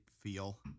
feel